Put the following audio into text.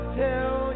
tell